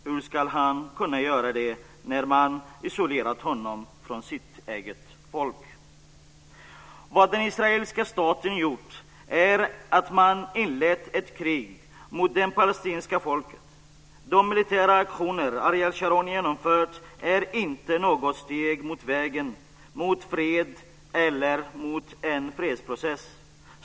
Hur ska han kunna göra det när man isolerat honom från sitt eget folk? Vad den israeliska staten gjort är att man inlett ett krig mot det palestinska folket. De militära aktioner Ariel Sharon genomfört är inte något steg på vägen mot fred eller mot en fredsprocess.